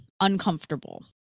uncomfortable